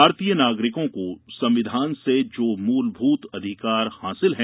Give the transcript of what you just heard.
भारतीय नागरिकों को संविधान से जो मूलभूत अधिकार हासिल है